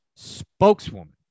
spokeswoman